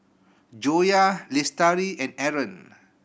Joyah Lestari and Aaron